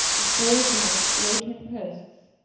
with four dark, low-turned posts.